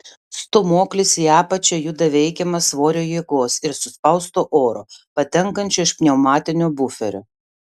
stūmoklis į apačią juda veikiamas svorio jėgos ir suspausto oro patenkančio iš pneumatinio buferio